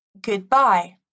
goodbye